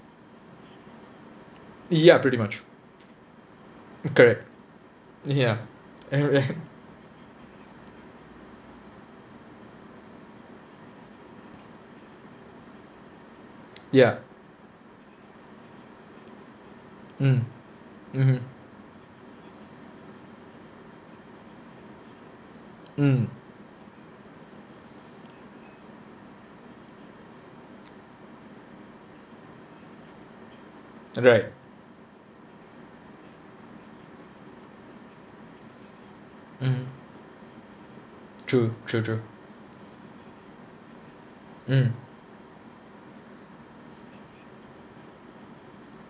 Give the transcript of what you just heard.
ya pretty much correct ya e~ e~ ya mm mmhmm mm right mmhmm true true true mm